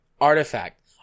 Artifact